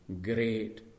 great